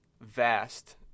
vast